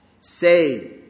Say